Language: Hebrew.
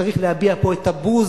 צריך להביע פה את הבוז,